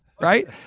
right